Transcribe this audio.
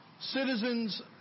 citizens